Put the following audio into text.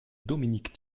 dominique